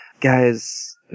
Guys